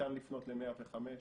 ניתן לפנות ל-105,